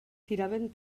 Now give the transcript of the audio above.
tiraven